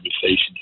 conversation